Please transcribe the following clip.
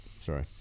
sorry